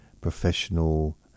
professional